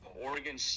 Oregon